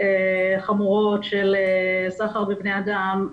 חמורות של סחר בבני אדם,